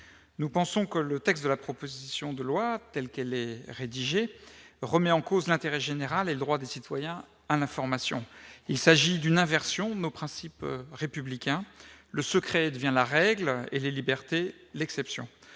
Nous pensons que le texte de la proposition de loi, tel qu'il est rédigé, remet en cause l'intérêt général et le droit des citoyens à l'information. Il s'agit d'une inversion de nos principes républicains : le secret devient la règle et les libertés l'exception.